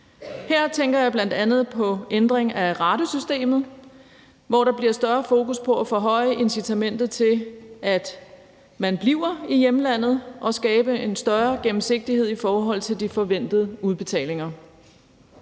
Her tænker jeg bl.a. på ændring af ratesystemet, hvor der bliver større fokus på at forhøje incitamentet til, at man bliver i hjemlandet, og på at skabe en større gennemsigtighed i forhold til de forventede udbetalinger.